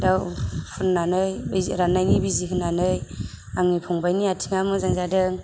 फुनानै बिजि राननायनि बिजि होनानै आंनि फंबाइनि आथिंआ मोजां जादों